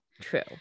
True